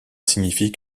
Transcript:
signifie